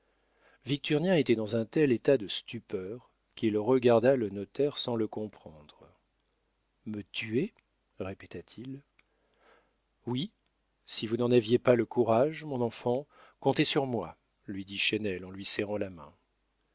victurnien était dans un tel état de stupeur qu'il regarda le notaire sans le comprendre me tuer répéta-t-il oui si vous n'en aviez pas le courage mon enfant comptez sur moi lui dit chesnel en lui serrant la main